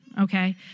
okay